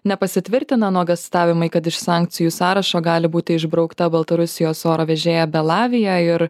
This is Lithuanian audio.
nepasitvirtino nuogąstavimai kad iš sankcijų sąrašo gali būti išbraukta baltarusijos oro vežėja belavija ir